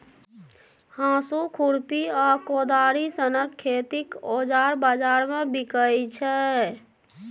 हाँसु, खुरपी आ कोदारि सनक खेतीक औजार बजार मे बिकाइ छै